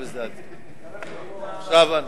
חזק וברוך.